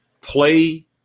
play